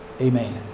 Amen